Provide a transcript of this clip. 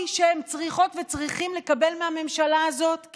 שהם צריכות וצריכים לקבל מהממשלה הזאת?